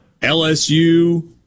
LSU